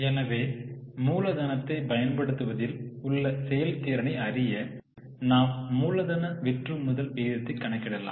எனவே மூலதனத்தைப் பயன்படுத்துவதில் உள்ள செயல்திறனை அறிய நாம் மூலதன விற்றுமுதல் விகிதத்தைக் கணக்கிடலாம்